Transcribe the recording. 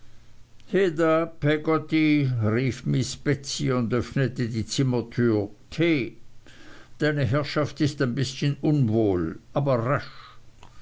und öffnete die zimmertür tee deine herrschaft ist ein bißchen unwohl aber rasch